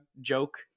joke